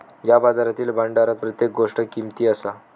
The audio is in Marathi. या बाजारातील भांडारात प्रत्येक गोष्ट किमती असा